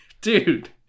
dude